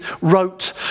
wrote